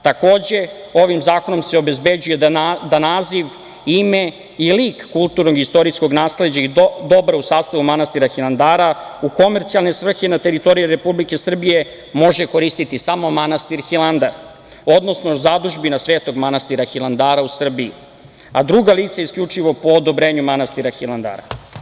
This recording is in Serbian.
Takođe, ovim zakonom se obezbeđuje da naziv, ime i lik kulturnog i istorijskog nasleđa i dobra u sastavu manastira Hilandara u komercijalne svrhe na teritoriji Republike Srbije može koristiti samo manastir Hilandar, odnosno zadužbina Svetog manastira Hilandara u Srbiji, a druga lica isključivo po odobrenju manastira Hilandara.